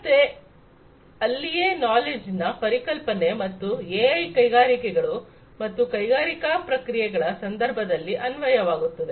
ಮತ್ತೆ ಅಲ್ಲಿಯೇ ನಾಲೆಡ್ಜ್ ನ ಪರಿಕಲ್ಪನೆ ಮತ್ತು ಎಐ ಕೈಗಾರಿಕೆಗಳು ಮತ್ತು ಕೈಗಾರಿಕಾ ಪ್ರಕ್ರಿಯೆಗಳ ಸಂದರ್ಭದಲ್ಲಿ ಅನ್ವಯವಾಗುತ್ತದೆ